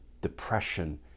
depression